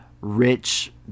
rich